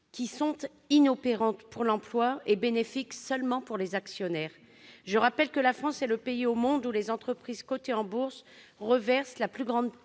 mesures inopérantes pour l'emploi et bénéfiques pour les seuls actionnaires ? Je rappelle que la France est le pays au monde où les entreprises cotées en bourse reversent la plus grande